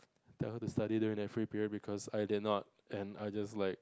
tell her to study during that free period because I didn't not and I just like